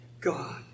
God